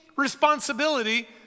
responsibility